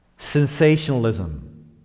sensationalism